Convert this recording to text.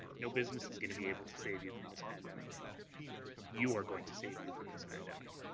no business is going to be able to save you from this pandemic you are going to save you from this pandemic.